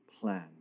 plan